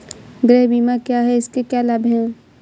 गृह बीमा क्या है इसके क्या लाभ हैं?